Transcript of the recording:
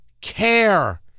care